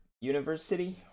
university